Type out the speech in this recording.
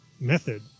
method